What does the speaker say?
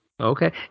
Okay